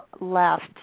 left